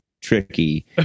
tricky